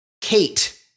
Kate